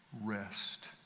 rest